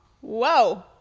Whoa